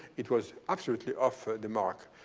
it was absolutely off the mark.